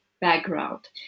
background